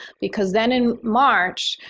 because then in march,